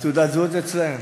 ותעודת הזהות אצלם?